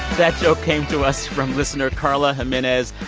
that joke came to us from listener carla jimenez.